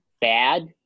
bad